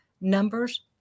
Numbers